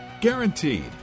Guaranteed